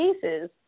cases